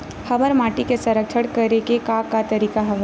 हमर माटी के संरक्षण करेके का का तरीका हवय?